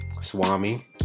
Swami